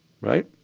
right